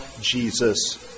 Jesus